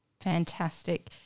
Fantastic